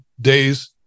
days